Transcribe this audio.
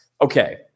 Okay